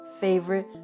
favorite